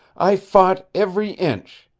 i fought every inch.